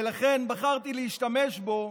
ולכן בחרתי להשתמש בו,